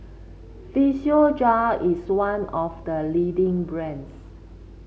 physiogel is one of the leading brands